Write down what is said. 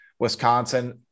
Wisconsin